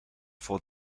for